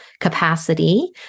capacity